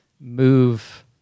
move